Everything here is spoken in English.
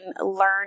learn